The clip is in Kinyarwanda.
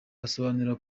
basobanurira